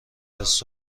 است